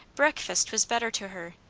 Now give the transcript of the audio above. breakfast was better to her,